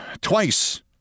Twice